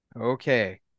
Okay